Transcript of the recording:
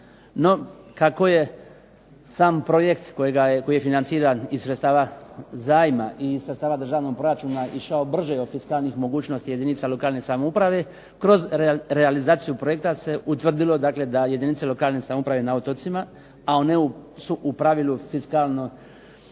kako je sam projekt koji je financiran iz sredstava zajma i sredstava državnog proračuna išao brže od fiskalnih mogućnosti jedinica lokalne samouprave kroz realizaciju projekta se utvrdilo da jedinice lokalne samouprave na otocima, a one su u pravilu fiskalno